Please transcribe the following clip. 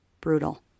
brutal